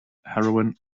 heroine